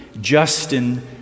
Justin